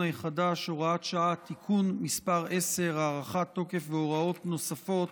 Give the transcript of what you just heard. החדש (הוראת שעה) (תיקון מס' 10) (הארכת תוקף והוראות נוספות),